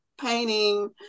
painting